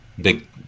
Big